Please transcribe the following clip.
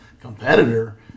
competitor